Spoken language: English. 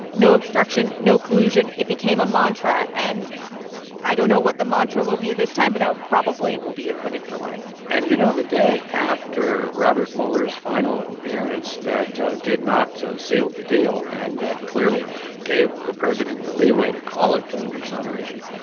no obstruction, no collusion. it became a mantra. and i don't know what the mantra will be this time, but though probably will be acquitted for life and, you know, the day after robert mueller's final appearance that did not so seal the deal and that clearly gave the president the leeway to call it total exoneration,